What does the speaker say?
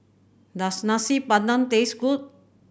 does Nasi Padang taste good